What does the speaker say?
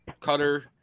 Cutter